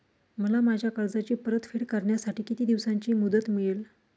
मला माझ्या कर्जाची परतफेड करण्यासाठी किती दिवसांची मुदत मिळेल?